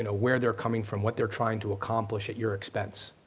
and where they're coming from, what they're trying to accomplish at your expense.